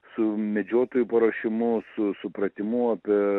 su medžiotojų paruošimu su supratimu apie